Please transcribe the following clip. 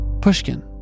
pushkin